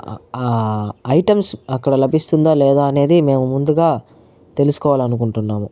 items అక్కడ లభిస్తుందా లేదా అనేది మేము ముందుగా తెలుసుకోవాలనుకుంటున్నాము